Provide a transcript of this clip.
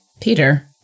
Peter